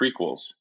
prequels